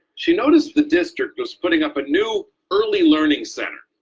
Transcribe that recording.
she noticed the district was putting up a new early learning center.